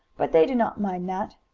but they did not mind that.